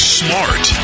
smart